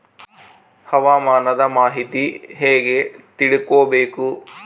ಹವಾಮಾನದ ಮಾಹಿತಿ ಹೇಗೆ ತಿಳಕೊಬೇಕು?